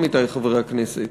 עמיתי חברי הכנסת,